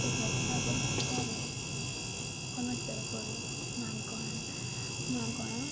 pregnant ଥିବା ଅବସ୍ଥାରେ government ତରଫରୁ ମାଗଣା ମାଗଣା